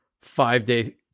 five-day